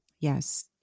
Yes